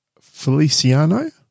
Feliciano